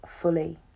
fully